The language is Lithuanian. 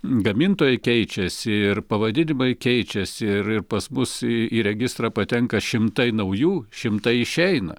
gamintojai keičiasi ir pavadinimai keičiasi ir pas mus į į registrą patenka šimtai naujų šimtai išeina